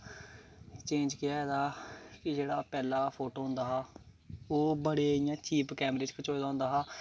change केह् आए दा कि जेह्ड़ा पैह्लें फोटो होंदा हा ओह् बड़े इ'यां चीप कैमरे च खचोए दा होंदा हा